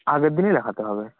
আগের দিনই লেখাতে হবে